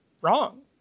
wrong